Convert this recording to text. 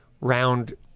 round